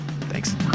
Thanks